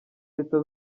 leta